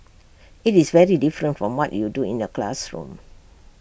it's very different from what you do in the classroom